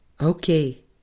Okay